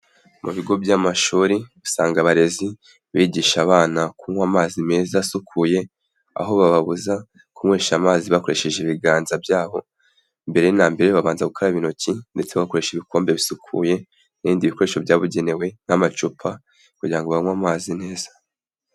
Mu bigo by'amashuri usanga abarezi bigisha abana kunywa amazi meza asukuye, aho bababuza kunywesha amazi bakoresheje ibiganza byabo, mbere na mbere babanza gukaraba intoki ndetse bakoresha ibikombe bisukuye n'ibindi bikoresho byabugenewe nk'amacupa kugira ngo banywe amazi neza.